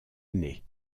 année